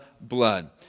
blood